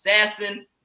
assassin